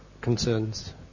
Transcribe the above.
concerns